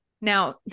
Now